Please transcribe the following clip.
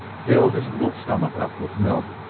fill his little stomach up with milk,